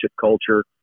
culture